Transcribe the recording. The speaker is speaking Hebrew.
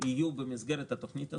יהיו במסגרת התוכנית הזאת.